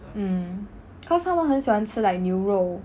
mm cause 他们很喜欢吃 like 牛肉